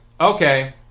okay